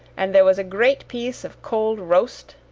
and there was a great piece of cold roast,